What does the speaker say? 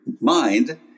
mind